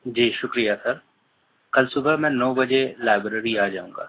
جی شکریہ سر کل صبح میں نو بجے لائبریری آ جاؤں گا